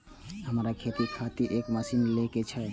हमरा खेती के खातिर एक मशीन ले के छे?